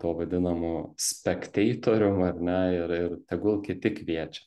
tuo vadinamu spekteitorium ar ne ir ir tegul kiti kviečia